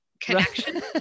connection